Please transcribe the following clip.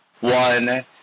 one